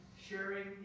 sharing